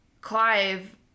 Clive